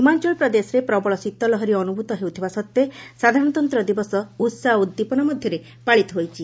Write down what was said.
ହିମାଚଳ ପ୍ରଦେଶରେ ପ୍ରବଳ ଶୀତ ଲହରୀ ଅନ୍ତଭୂତ ହେଉଥିବା ସତ୍ତ୍ୱେ ସାଧାରଣତନ୍ତ ଦିବସ ଉତ୍ସାହ ଓ ଉଦ୍ଦୀପନା ମଧ୍ୟରେ ପାଳିତ ହୋଇଛି